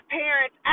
parents